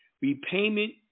repayment